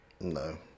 no